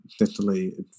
Italy